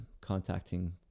contacting